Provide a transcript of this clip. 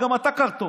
גם אתה קרטון.